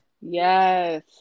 Yes